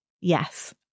yes